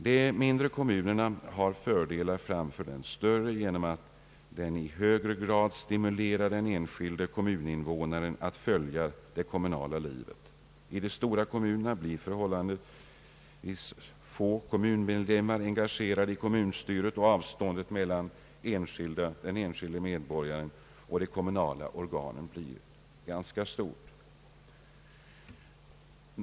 Den mindre kommunen har fördelar framför den större genom att den i högre grad stimulerar den enskilde kommuninvånaren att följa det kommunala livet. I den stora kommunen blir förhållandevis få kommunmedlemmar engagerade i kommunstyret, och avståndet mellan de enskilda medborgarna och de kommunala organen blir ganska stort.